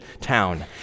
town